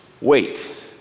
wait